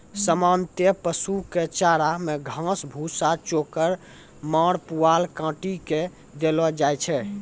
सामान्यतया पशु कॅ चारा मॅ घास, भूसा, चोकर, माड़, पुआल काटी कॅ देलो जाय छै